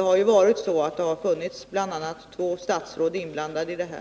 a. har två statsråd varit inblandade i detta,